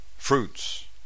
Fruits